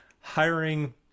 hiring